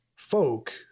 Folk